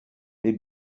les